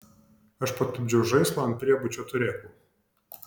aš patupdžiau žaislą ant priebučio turėklų